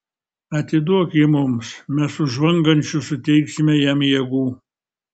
atiduok jį mums mes už žvangančius suteiksime jam jėgų